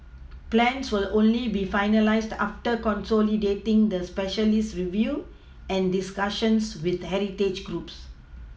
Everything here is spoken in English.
plans will only be finalised after consolidating the specialist review and discussions with heritage groups